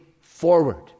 forward